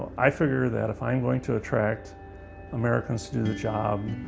i figure that if i'm going to attract americans to do the job,